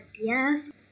yes